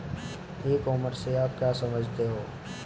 ई commerce से आप क्या समझते हो?